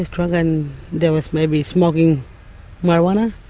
was drunk and there was maybe smoking marijuana.